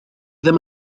ddim